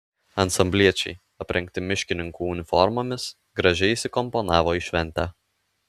ansambliečiai aprengti miškininkų uniformomis gražiai įsikomponavo į šventę